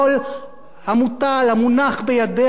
המונח בידיה באופן חופשי,